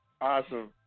Awesome